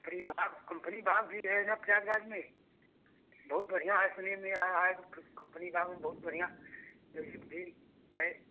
हम कई बार हम कई बार भी गए न प्रयागराज में बहुत बढ़िया है सुनने में आ रहा है कम्पनी बाग़ भी बहुत बढ़िया लेक भी है